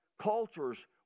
Cultures